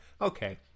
okay